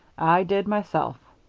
i did, myself.